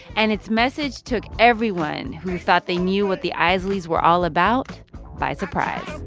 and its message took everyone who thought they knew what the isleys were all about by surprise